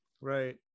Right